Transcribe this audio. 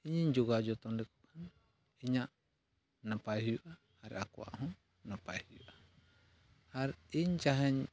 ᱤᱧᱤᱧ ᱡᱚᱜᱟᱣ ᱡᱚᱛᱚᱱ ᱞᱮᱠᱚ ᱠᱷᱟᱱ ᱤᱧᱟᱹᱜ ᱱᱟᱯᱟᱭ ᱦᱩᱭᱩᱜᱼᱟ ᱟᱨ ᱟᱠᱚᱣᱟᱜ ᱦᱚᱸ ᱱᱟᱯᱟᱭ ᱦᱩᱭᱩᱜᱼᱟ ᱟᱨ ᱤᱧ ᱡᱟᱦᱟᱧ